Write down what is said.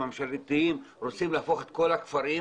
הממשלתיים רוצים להפוך את כל הכפרים